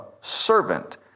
servant